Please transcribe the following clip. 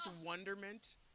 wonderment